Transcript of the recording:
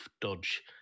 dodge